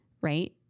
right